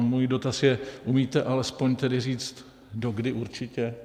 Můj dotaz je: Umíte alespoň tedy říct, dokdy určitě?